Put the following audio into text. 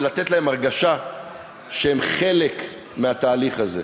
ולתת להן הרגשה שהן חלק מהתהליך הזה.